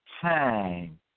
time